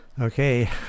Okay